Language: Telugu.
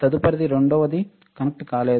తదుపరిది రెండవదానికి కనెక్ట్ కాలేదు